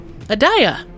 Adaya